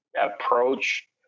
approach